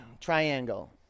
triangle